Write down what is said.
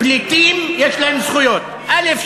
פליטים יש להם זכויות: א.